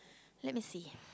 let me see